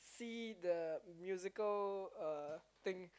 see the musical uh thing